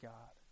God